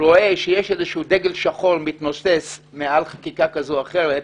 רואה שיש דגל שחור מתנוסס מעל חקיקה כזאת או אחרת,